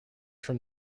from